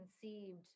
conceived